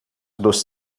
dos